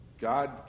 God